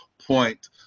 point